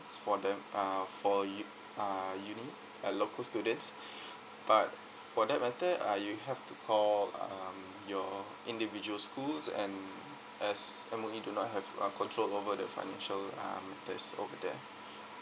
for them uh for you uh uni uh local students but for that matter uh you have to call um your individual schools and as M_O_E do not have uh control over the financial uh that's over there